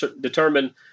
determine